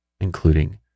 including